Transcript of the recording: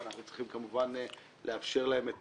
ואנחנו צריכים כמובן לאפשר להם את